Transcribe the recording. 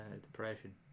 depression